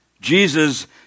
Jesus